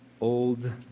old